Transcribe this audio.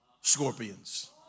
scorpions